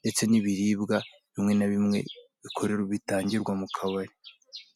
ndetse n'ibiribwa bimwe na bimwe bikorerwa, bitangirwa mu kabari.